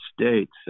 States